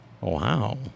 Wow